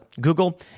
Google